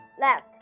left